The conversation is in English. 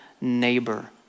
neighbor